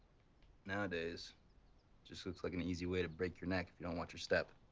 nowadays just looks like an easy way to break your neck if you don't want your step.